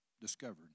discovered